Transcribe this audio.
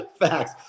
Facts